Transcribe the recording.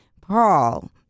Paul